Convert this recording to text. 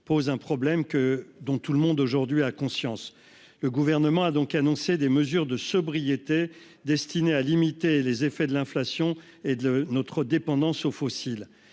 pose un problème dont chacun a désormais conscience. Le Gouvernement a annoncé des mesures de sobriété destinées à limiter les effets de l'inflation et de notre dépendance aux fossiles.